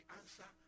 answer